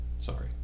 sorry